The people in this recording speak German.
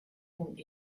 und